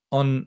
on